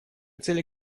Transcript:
цели